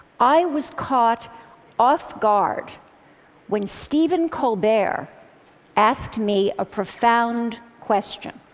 i was caught off guard when stephen colbert asked me a profound question,